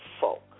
folk